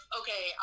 okay